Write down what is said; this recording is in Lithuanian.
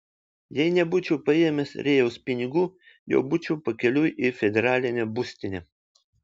jei nebūčiau paėmęs rėjaus pinigų jau būčiau pakeliui į federalinę būstinę